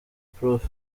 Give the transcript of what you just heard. prof